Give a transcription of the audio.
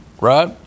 right